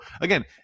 again